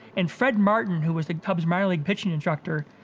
and fred martin, who was the cubs' minor league pitching instructor,